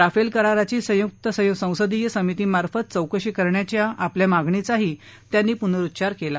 Rafale कराराची संयुक्त संसदीय समितीमार्फत चौकशी करण्याची आपल्या मागणीचा त्यांनी पुनरुच्चार केला